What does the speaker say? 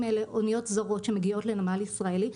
אלה אוניות זרות שמגיעות לנמל ישראלי,